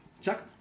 Chuck